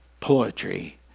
poetry